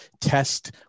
test